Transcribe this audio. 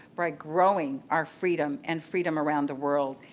by growing our freedom and freedom around the world,